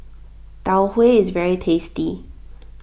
Tau Huay is very tasty